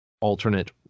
alternate